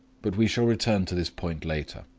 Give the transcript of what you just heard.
but we shall return to this point later.